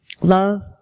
love